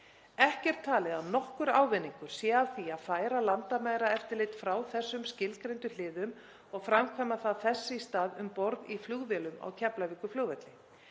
Ekki er talið að nokkur ávinningur sé af því að færa landamæraeftirlit frá þessum skilgreindu hliðum og framkvæma það þess í stað um borð í flugvélum á Keflavíkurflugvelli.